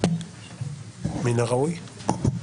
מן הראוי.